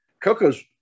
Cocos